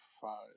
five